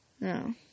No